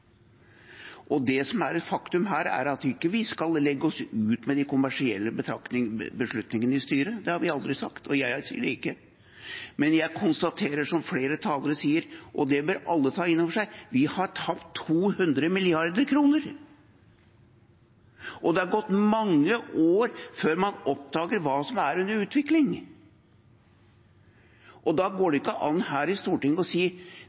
Det som er et faktum her, er at vi ikke skal legge oss ut med de kommersielle beslutningene i styret – det har vi aldri sagt, og jeg sier det ikke. Men jeg konstaterer, som flere talere sier, og det bør alle ta innover seg, at vi har tapt 200 mrd. kr, og det gikk mange år før man oppdaget hva som var under utvikling. Da går det ikke an å si